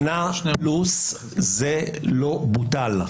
שנה פלוס זה לא בוטל.